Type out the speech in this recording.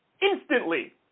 instantly